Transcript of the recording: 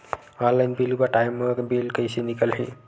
Online bill पटाय मा bill कइसे निकलही?